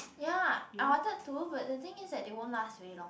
ya I wanted to but the thing is that they won't last very long